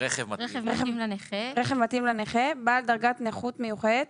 רכב מתאים לנכה בעל דרגת נכות מיוחדת,